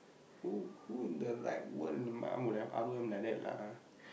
who who in the right world in the mind would have R_O_M like that lah